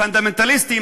פונדמנטליסטיים,